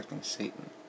Satan